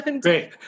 Great